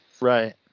Right